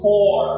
Four